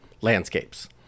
landscapes